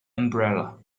umbrella